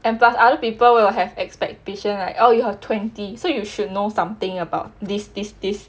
and plus other people will have expectations like oh you're twenty so you should know something about this this this